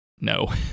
no